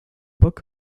book